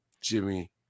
Jimmy